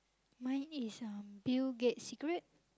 mine is um Bill-Gates secret